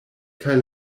kaj